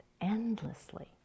endlessly